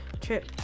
trip